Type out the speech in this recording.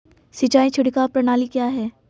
सिंचाई छिड़काव प्रणाली क्या है?